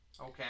okay